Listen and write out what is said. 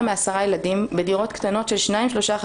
מעשרה ילדים בדירות קטנות של שניים- שלושה חדרים.